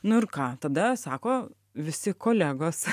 nu ir ką tada sako visi kolegos